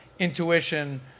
Intuition